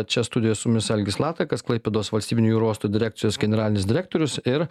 čia studijoj su mumis algis latakas klaipėdos valstybinio jūrų uosto direkcijos generalinis direktorius ir